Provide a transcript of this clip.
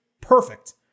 perfect